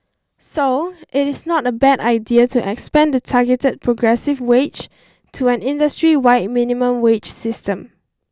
so it is not a bad idea to expand the targeted progressive wage to an industry wide minimum wage system